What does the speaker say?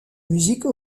musique